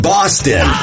Boston